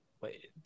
wait